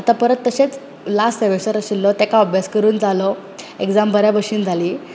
आतां परत तशेंच लास्ट सेमिस्टर आशिल्लो ताका अभ्यास करून जालो एग्जाम बऱ्यां भशेन जाली